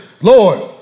Lord